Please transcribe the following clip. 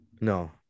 No